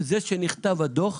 זה שנכתב הדוח,